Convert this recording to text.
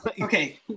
Okay